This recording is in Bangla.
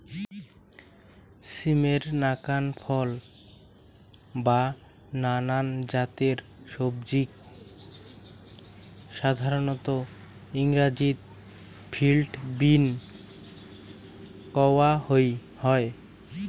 সিমের নাকান ফল বা নানান জাতের সবজিক সাধারণত ইংরাজিত ফিল্ড বীন কওয়া হয়